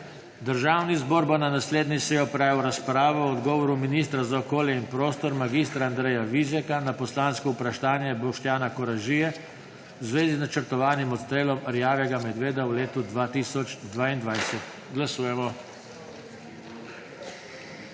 Državni zbor bo na naslednji seji opravil razpravo o odgovoru ministra za okolje in prostor mag. Andreja Vizjaka na poslansko vprašanje Boštjana Koražije v zvezi z načrtovanim odstrelom rjavega medveda v letu 2022. Glasujemo.